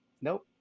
nope